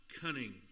cunning